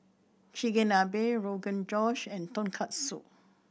Chigenabe Rogan Josh and Tonkatsu